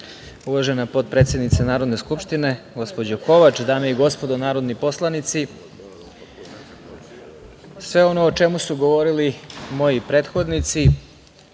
uvažena potpredsednice Narodne skupštine, gospođo Kovač. Dame i gospodo narodni poslanici, sve ono o čemu su govorili moji prethodnici